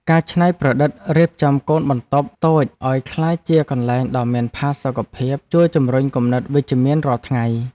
ការច្នៃប្រឌិតរៀបចំកូនបន្ទប់តូចឱ្យក្លាយជាកន្លែងដ៏មានផាសុកភាពជួយជម្រុញគំនិតវិជ្ជមានរាល់ថ្ងៃ។